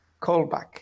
callback